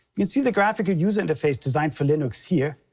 you can see the graphical user interface designed for linux here.